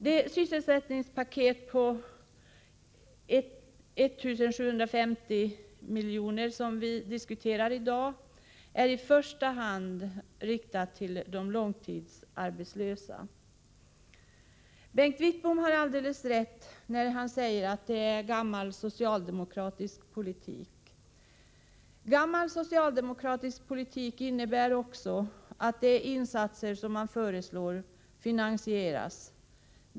Det sysselsättningspaket på 1 750 milj.kr. som vi diskuterar i dag är i första hand riktat till de långtidsarbetslösa. Bengt Wittbom har alldeles rätt när han säger att detta är gammal socialdemokratisk politik. Gammal socialdemokratisk politik innebär att de insatser man föreslår finansieras.